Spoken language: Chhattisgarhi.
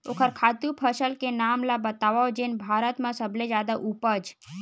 ओखर खातु फसल के नाम ला बतावव जेन भारत मा सबले जादा उपज?